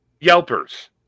Yelpers